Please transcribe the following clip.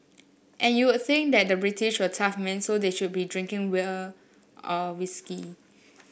and you would think that the British were tough men so they should be drinking will or whisky